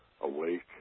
awake